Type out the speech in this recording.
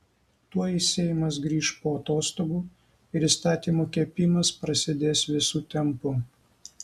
tuoj seimas grįš po atostogų ir įstatymų kepimas prasidės visu tempu